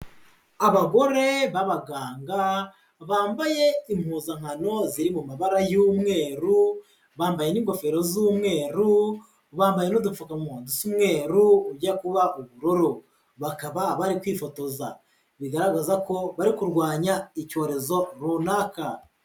Abagore b'abaganga bambaye impuzankano ziri mu mabara y'umweru, bambaye n'ingofero z'umweru, bambaye n'udupfukamunwa dusa umweru ujya kuba ubururu, bakaba bari kwifotoza bigaragaza ko bari kurwanya icyorezo runaka.